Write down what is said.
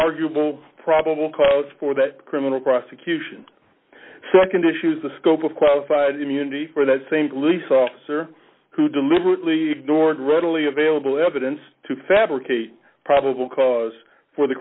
arguable probable cause for that criminal prosecution nd issues the scope of qualified immunity for that same police officer who deliberately ignored readily available evidence to fabricate probable cause for the